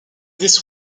this